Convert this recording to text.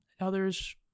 Others